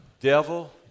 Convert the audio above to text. Devil